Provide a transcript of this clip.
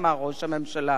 אמר ראש הממשלה.